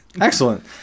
excellent